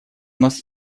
нас